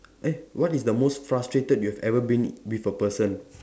eh what is the most frustrated you have ever been with a person